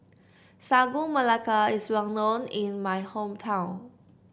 Sagu Melaka is well known in my hometown